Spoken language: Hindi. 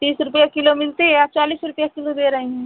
तीस रुपये किलो मिलती है आप चालीस रुपये किलो दे रहे हैं